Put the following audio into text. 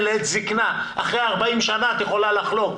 לעת זקנה אחרי 40 שנה את יכולה לחלוק